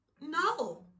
no